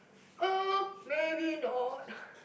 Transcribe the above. uh maybe not